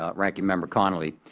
ah ranking member connolly.